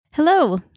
Hello